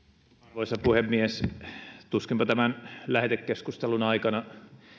arvoisa puhemies tuskinpa tämän lähetekeskustelun aikana